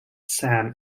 sam